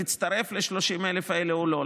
תצטרף ל-30,000 האלה או לא,